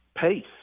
pace